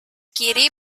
kiri